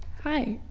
hi!